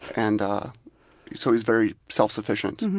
and so he's very self-sufficient.